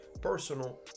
personal